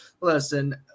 listen